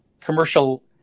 commercial